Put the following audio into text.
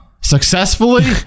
successfully